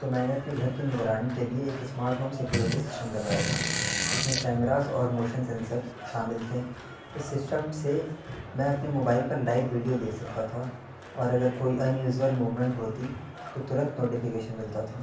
تو میں نے اپنے گھر کی نگرانی کے لیے ایک اسمارٹ ہوم سیکیوریٹی سسٹم لگایا تھا جس میں کیمراز اور موشن سینسر شامل تھے اس سسٹم سے میں اپنے موبائل پر لائیو ویڈیو دیکھ سکتا تھا اور اگر کوئی انیوزول موومنٹ ہوتی تو ترنت نوٹیفیکیشن ملتا تھا